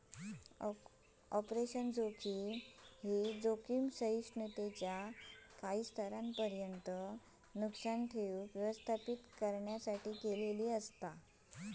operational जोखीम, जोखीम सहिष्णुतेच्यो काही स्तरांत नुकसान ठेऊक व्यवस्थापित करण्यायोग्य असा